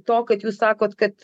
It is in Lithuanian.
to kad jūs sakot kad